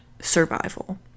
survival